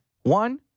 One